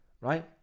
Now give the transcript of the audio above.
right